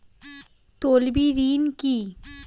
তলবি ঋন কি?